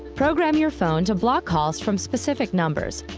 program your phone to block calls from specific numbers,